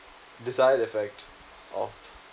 desired effect of